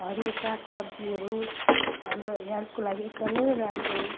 हरियो सागसब्जीहरू हाम्रो हेल्थको लागि एकदमै राम्रो हो